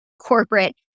corporate